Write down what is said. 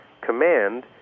command